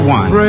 one